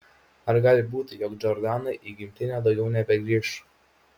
ar gali būti jog džordana į gimtinę daugiau nebegrįš